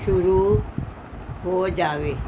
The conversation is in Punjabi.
ਸ਼ੁਰੂ ਹੋ ਜਾਵੇ